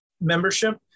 membership